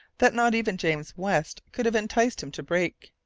that not even james west could have enticed him to break.